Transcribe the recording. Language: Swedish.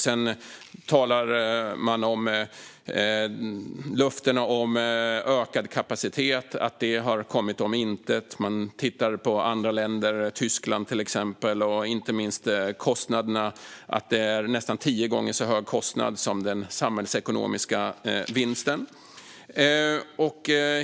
Sedan talar man om att löftena om ökad kapacitet har kommit om intet, man tittar på andra länder, till exempel Tyskland, och inte minst att kostnaderna är nästan tio gånger så höga som den samhällsekonomiska vinsten.